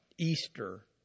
Easter